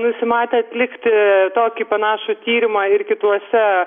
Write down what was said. nusimatę atlikti tokį panašų tyrimą ir kituose